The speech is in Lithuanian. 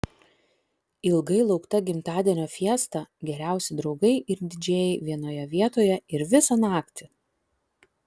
ilgai laukta gimtadienio fiesta geriausi draugai ir didžėjai vienoje vietoje ir visą naktį